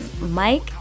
Mike